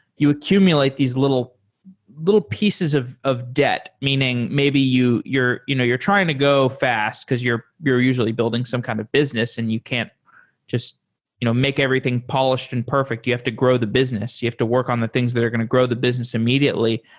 you accumulate these little little pieces of of debt. meaning maybe you're you know you're trying to go fast because you're you're usually building some kind of business and you can't just you know make everything polished and perfect. you have to grow the business. you have to work on the things that are going to grow the business immediately.